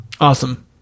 Awesome